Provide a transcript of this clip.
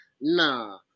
Nah